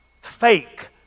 fake